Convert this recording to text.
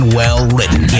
well-written